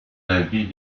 avis